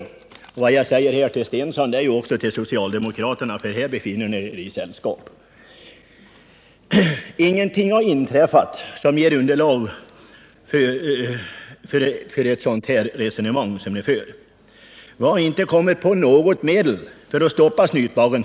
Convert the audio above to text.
Det här säger jag både till Börje Stensson och till socialdemokraterna; här befinner ni er i sällskap. Ingenting har inträffat som kan motivera ett sådant resonemang som ni för. För det första har vi inte fått fram något annat medel som kan stoppa snytbaggen.